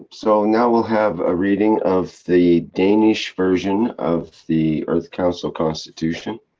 um so now we'll have a reading of the danish version of the earth council constitution,